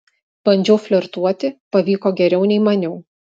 bandžiau flirtuoti pavyko geriau nei maniau